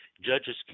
judges